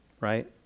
Right